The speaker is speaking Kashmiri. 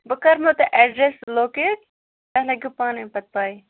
بہٕ کرناوو تۄہہ ایڈرَس لوکیٹ تۄہہِ لَگیٚو پانے پَتہٕ پاے